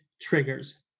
triggers